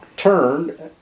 Turned